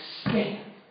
stand